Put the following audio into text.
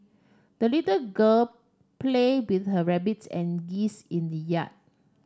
the little girl played with her rabbits and geese in the yard